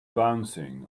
bouncing